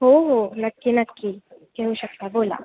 हो हो नक्की नक्की घेऊ शकता बोला